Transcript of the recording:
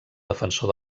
defensor